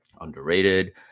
underrated